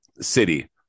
city